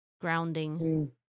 grounding